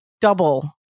double